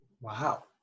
wow